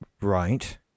Right